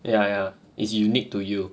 ya ya it's unique to you